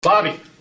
Bobby